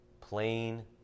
Plain